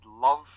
love